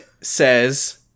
says